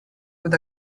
with